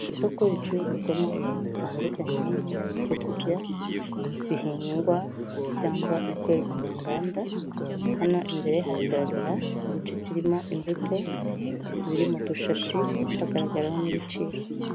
Isoko ricururizwamo ibintu bitandukanye yaba ibyoku kurya bihingwa cyangwa ibikorerwa mu nganda hano imbere hagaragara igice kirimo imbuto ziriri mu dushashi hagaragaraho n'ibiciro.